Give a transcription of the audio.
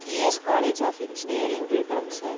ES college of engineering Villupuram sir